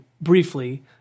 briefly